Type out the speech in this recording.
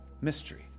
mystery